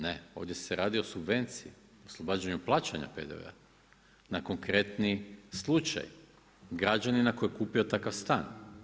Ne, ovdje se radi o subvenciji, oslobađanju plaćanja PDV-a na konkretni slučaj građanina koji je kupio takav stan.